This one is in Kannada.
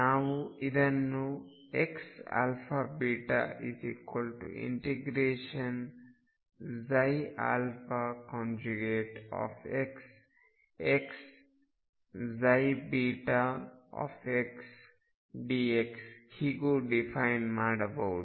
ನಾವು ಇದನ್ನು xαβ∫xxxdx ಹೀಗೂ ಡಿಫೈನ್ ಮಾಡಬಹುದು